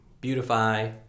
beautify